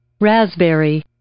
raspberry